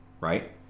right